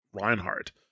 Reinhardt